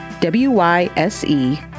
W-Y-S-E